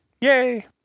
Yay